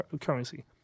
currency